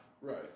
Right